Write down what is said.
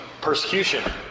Persecution